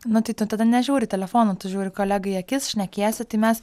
nu tai tu tada nežiūri į telefoną tu žiūri kolegai į akis šnekiesi tai mes